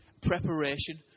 preparation